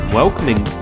welcoming